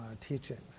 teachings